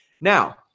Now